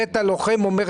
בית הלוחם אומר,